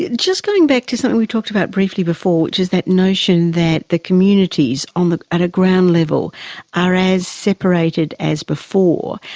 yeah just going back to something we talked about briefly before which is that notion that the communities um at a ground level are as separated as before,